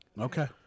okay